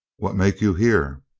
what make you here?